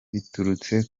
biturutse